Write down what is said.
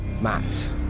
Matt